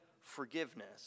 forgiveness